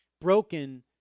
broken